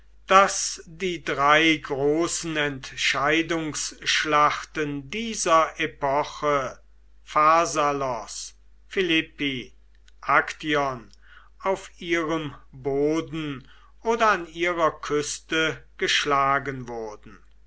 daß die drei großen entscheidungsschlachten dieser epoche pharsalos philippi aktion auf ihrem boden oder an ihrer küste geschlagen wurden